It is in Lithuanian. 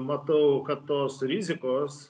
matau kad tos rizikos